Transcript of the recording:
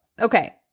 okay